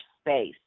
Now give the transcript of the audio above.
space